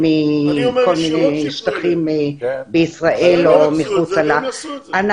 מכל מיני שטחים בישראל או מחוצה לה.